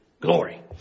Glory